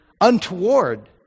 untoward